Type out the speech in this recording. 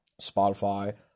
Spotify